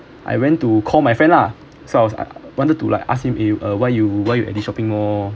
I went to call my friend lah so I was I wanted to like ask him eh why you why you at the shopping mall